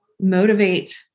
motivate